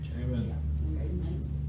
Amen